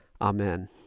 Amen